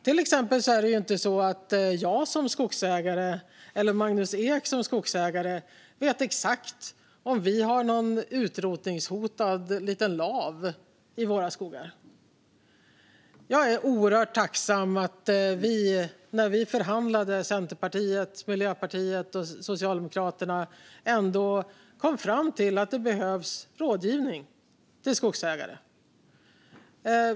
Till exempel är det inte så att jag som skogsägare eller Magnus Ek som skogsägare vet exakt om vi har någon utrotningshotad liten lav i våra skogar. Jag är oerhört tacksam över att vi i Centerpartiets, Miljöpartiets och Socialdemokraternas förhandlingar kom fram till att det behövs rådgivning till skogsägare.